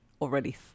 already